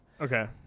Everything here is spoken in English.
Okay